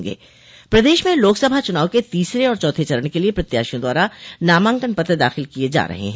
प्रदेश में लोकसभा चुनाव के तीसरे और चौथे चरण के लिये प्रत्याशियों द्वारा नामांकन पत्र दाखिल किये जा रहे हैं